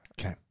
Okay